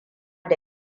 da